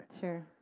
Sure